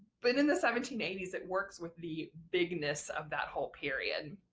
but in the seventeen eighty s it works with the bigness of that whole period.